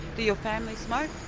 your family smoke?